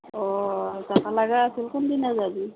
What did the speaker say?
অঁ যাব লগা আছিল কোনদিনা যাবি